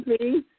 please